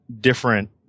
different